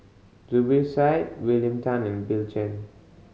Zubir Said William Tan and Bill Chen